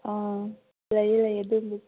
ꯂꯩꯌꯦ ꯂꯩꯌꯦ ꯑꯗꯨꯒꯨꯝꯕꯗꯨ